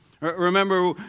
Remember